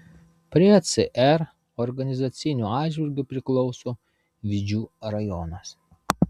prie cr organizaciniu atžvilgiu priklauso vidžių rajonas